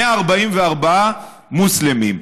144 מוסלמים.